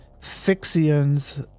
Fixian's